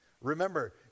Remember